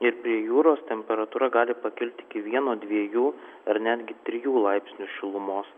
ir prie jūros temperatūra gali pakilti iki vieno dviejų ar netgi trijų laipsnių šilumos